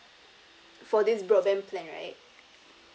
for this broadband plan right